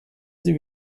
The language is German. sie